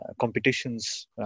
competitions